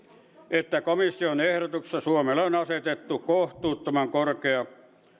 että komission ehdotuksessa suomelle on asetettu kohtuuttoman korkea